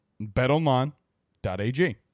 betonline.ag